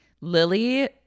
Lily